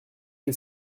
que